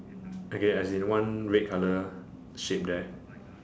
okay as in one red color shape there